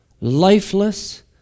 Lifeless